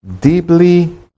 Deeply